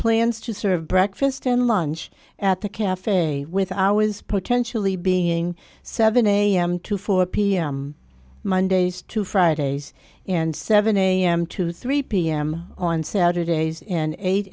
plans to serve breakfast and lunch at the cafe with always potentially being seven am to four pm mondays to fridays and seven am to three pm on saturdays and eight